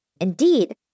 Indeed